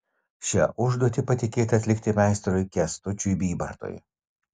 šią užduotį patikėta atlikti meistrui kęstučiui bybartui